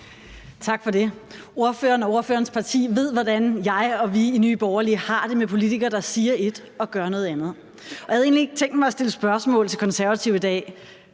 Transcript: Tak for det. Ordføreren og ordførerens parti ved, hvordan jeg og vi i Nye Borgerlige har det med politikere, der siger ét og gør noget andet, og jeg havde egentlig ikke tænkt mig at stille spørgsmål til Konservative i dag